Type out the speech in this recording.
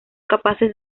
capaces